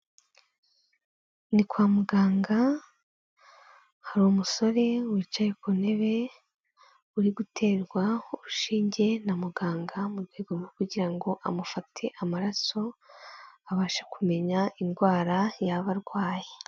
Ni kwa muganga hari umusore wicaye ku ntebe uri guterwa ushinge na muganga mu rwego rwo kugira ngo amufate amaraso, abashe kumenya indwara yaba arwaye.